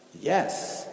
Yes